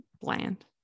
bland